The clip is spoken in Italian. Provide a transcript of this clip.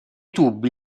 tubi